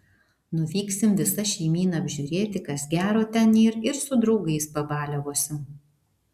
nuvyksim visa šeimyna apžiūrėti kas gero ten yr ir su draugais pabaliavosim